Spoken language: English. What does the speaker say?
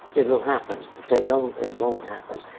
it will happen. if they don't, it won't happen.